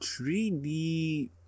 3D